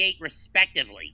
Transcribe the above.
respectively